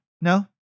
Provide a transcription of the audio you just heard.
No